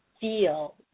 feel